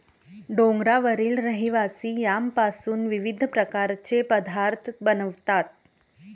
डोंगरावरील रहिवासी यामपासून विविध प्रकारचे पदार्थ बनवतात